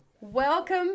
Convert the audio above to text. Welcome